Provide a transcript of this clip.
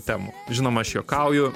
temų žinoma aš juokauju